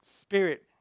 spirit